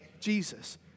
Jesus